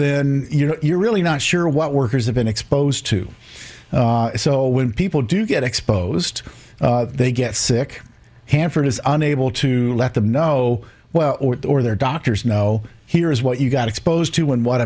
then you know you're really not sure what workers have been exposed to so when people do get exposed they get sick hanford is unable to let them know well or their doctors know here's what you got exposed to in what